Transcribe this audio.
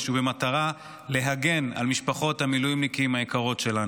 במטרה להגן על משפחות המילואימניקים היקרות שלנו.